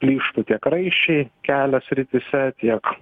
plyštų tiek raiščiai kelio srityse tiek